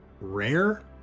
rare